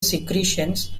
secretions